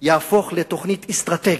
יהפוך לתוכנית אסטרטגית.